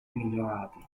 migliorati